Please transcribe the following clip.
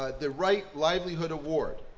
ah the right livelihood award,